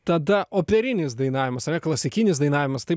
tada operinis dainavimas yra klasikinis dainavimas tai